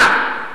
מה?